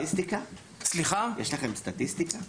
יש לכם סטטיסטיקה?